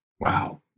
Wow